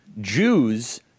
Jews